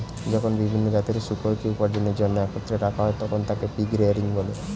যখন বিভিন্ন জাতের শূকরকে উপার্জনের জন্য একত্রে রাখা হয়, তখন তাকে পিগ রেয়ারিং বলে